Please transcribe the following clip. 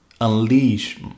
unleash